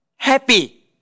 Happy